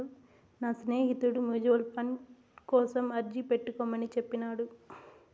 నా స్నేహితుడు mutual fund కోసం అర్జీ పెట్టుకోమని చెప్పినాడు